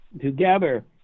together